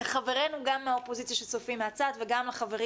לחברינו גם מהאופוזיציה שצופים מהצד וגם לחברים